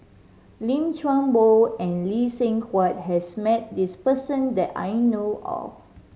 Lim Chuan Poh and Lee Seng Huat has met this person that I know of